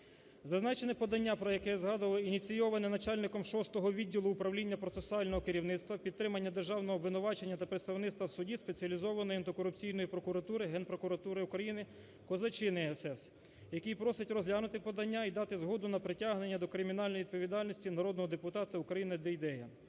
Зазначене подання, про яке я згадував, ініційоване начальником Шостого відділу Управління процесуального керівництва, підтримання державного обвинувачення та представництва в суді Спеціалізованої антикорупційної прокуратури Генпрокуратури України Козачини С.С., який просить розглянути подання і дати згоду на притягнення до кримінальної відповідальності народного депутата України Дейдея.